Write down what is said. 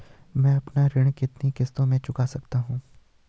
मैं अपना ऋण कितनी किश्तों में चुका सकती हूँ?